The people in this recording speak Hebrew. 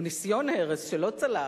או ניסיון הרס שלא צלח,